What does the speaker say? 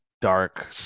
dark